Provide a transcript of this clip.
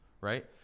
right